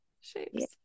shapes